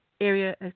Area